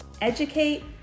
educate